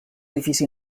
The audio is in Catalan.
edifici